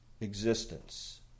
existence